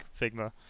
Figma